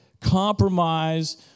compromise